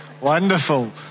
Wonderful